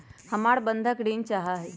हमरा बंधक ऋण चाहा हई